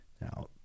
Now